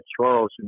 Charles